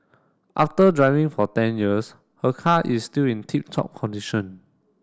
after driving for ten years her car is still in tip top condition